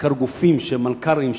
בעיקר גופים שהם מלכ"רים,